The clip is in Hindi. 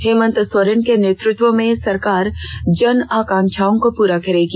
हेमंत सोरेन के नेतृत्व में सरकार जन आकांक्षाओं को पूरा करेगी